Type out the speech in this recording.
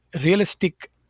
realistic